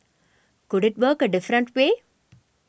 could it work a different way